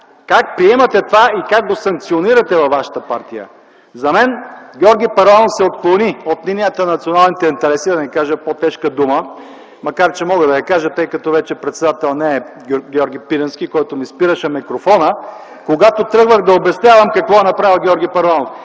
Как приемате това и как го санкционирате във вашата партия? За мен Георги Първанов се отклони от линията на националните интереси, да не кажа по-тежка дума, макар че мога да я кажа, тъй като председател вече не е Георги Пирински, който ми спираше микрофона, когато тръгвах да обяснявам какво е направил Георги Първанов,